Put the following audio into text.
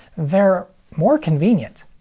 they're more convenient.